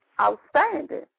outstanding